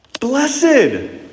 Blessed